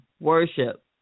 worship